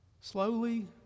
slowly